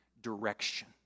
direction